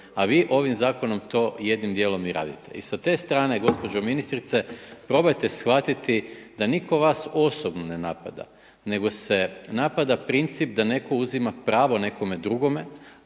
a vi ovim Zakonom jednim dijelom i radite. I sa te strane gospođo ministrice probajte shvatiti da nitko vas osobno ne napada, nego se napada princip da netko uzima pravo nekome drugome,